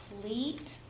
complete